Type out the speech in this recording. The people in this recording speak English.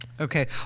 Okay